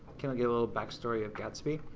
kind of give a little backstory of gatsby.